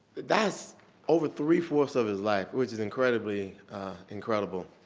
that's over three fourths of his life, which is incredibly incredible.